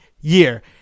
year